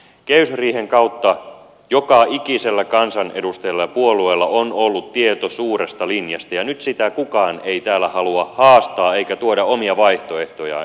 kehysriihen kautta joka ikisellä kansanedustajalla ja puolueella on ollut tieto suuresta linjasta ja nyt kukaan ei täällä halua sitä haastaa eikä tuoda omia vaihtoehtojaan esille